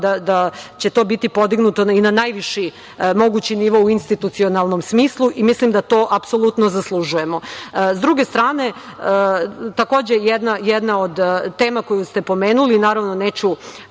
da će to biti podignuto i na najviši mogući nivo u institucionalnom smislu i mislim da to apsolutno zaslužujemo.S druge strane, takođe jedna od tema koju ste pomenuli, naravno neću